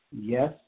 Yes